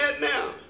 now